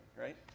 right